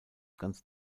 ganz